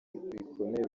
bikomeye